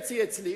חצי אצלך.